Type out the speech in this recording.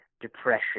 depression